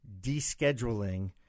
descheduling